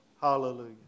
Hallelujah